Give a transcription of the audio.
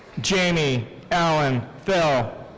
jamie alan thill.